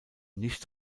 nicht